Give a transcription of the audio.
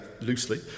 loosely